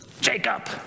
Jacob